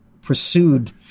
pursued